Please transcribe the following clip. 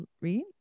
read